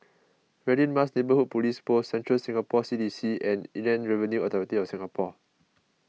Radin Mas Neighbourhood Police Post Central Singapore C D C and Inland Revenue Authority of Singapore